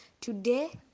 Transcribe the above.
Today